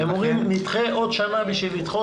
הם אומרים: נדחה לעוד שנה בשביל לדחות